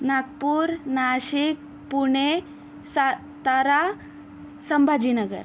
Nagpur Nashik Pune Satara Sambhajinagar